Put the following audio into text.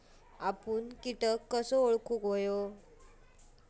आपन कीटक कसो ओळखूचो?